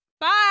Bye